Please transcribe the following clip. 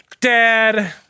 Dad